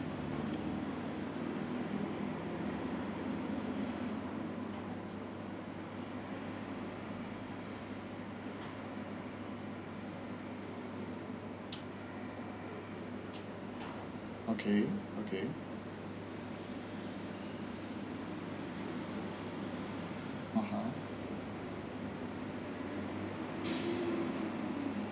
okay okay a'ah